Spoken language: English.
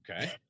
Okay